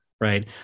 right